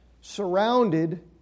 surrounded